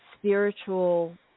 spiritual